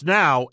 now